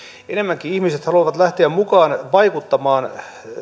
enemmänkin ihmiset haluavat lähteä mukaan vaikuttamaan